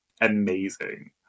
amazing